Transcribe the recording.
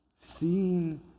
Seeing